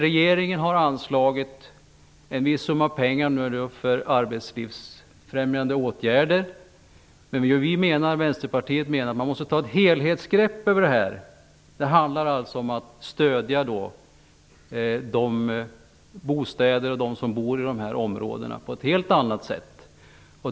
Regeringen har anslagit en viss summa pengar för arbetslivsfrämjande åtgärder. Men vi i Vänsterpartiet menar att man måste ta ett helhetsgrepp. Det handlar alltså om att stödja dem som bor i områdena på ett helt annat sätt.